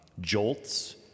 jolts